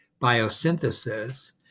biosynthesis